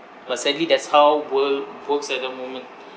but sadly that's how world works at the moment